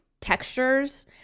textures